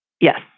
Yes